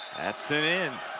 that's an in